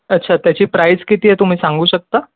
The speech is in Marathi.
अच्छा त्याची प्राईस किती आहे तुम्ही सांगू शकता